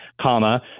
comma